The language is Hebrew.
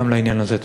גם לעניין הזה.